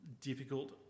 difficult